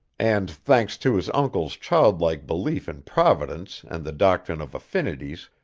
and, thanks to his uncle's childlike belief in providence and the doctrine of affinities,